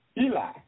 Eli